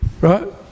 right